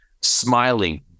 smiling